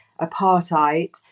apartheid